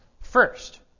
first